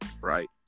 right